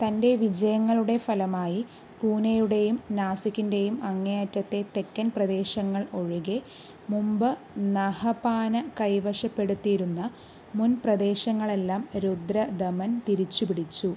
തൻ്റെ വിജയങ്ങളുടെ ഫലമായി പൂനെയുടെയും നാസിക്കിൻ്റെയും അങ്ങേയറ്റത്തെ തെക്കൻ പ്രദേശങ്ങൾ ഒഴികെ മുമ്പ് നഹപാന കൈവശപ്പെടുത്തിയിരുന്ന മുൻ പ്രദേശങ്ങളെല്ലാം രുദ്ര ദമൻ തിരിച്ചു പിടിച്ചു